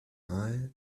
eye